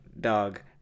dog